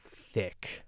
thick